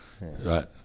Right